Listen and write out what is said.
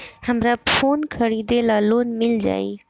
हमरा फोन खरीदे ला लोन मिल जायी?